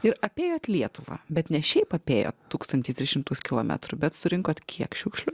ir apėjot lietuvą bet ne šiaip apėjot tūkstantį tris šimtus kilometrų bet surinkot kiek šiukšlių